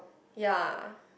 ya